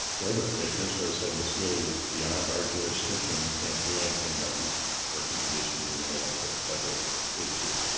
labor commissioner sorta said this really is beyond our jurisdiction. we can't do anything about these working conditions in there. that's a federal issue.